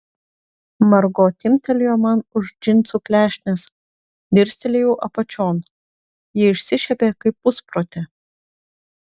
margo timptelėjo man už džinsų klešnės dirstelėjau apačion ji išsišiepė kaip pusprotė